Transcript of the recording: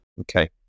Okay